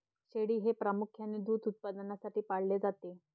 शेळी हे प्रामुख्याने दूध उत्पादनासाठी पाळले जाते